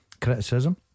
Criticism